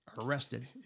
arrested